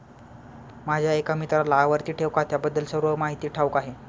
माझ्या एका मित्राला आवर्ती ठेव खात्याबद्दल सर्व माहिती ठाऊक आहे